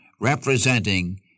representing